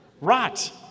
Rot